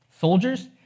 Soldiers